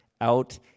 out